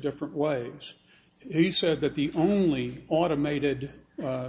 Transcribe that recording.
different ways he said that the only automated